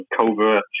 covert